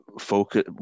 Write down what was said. focus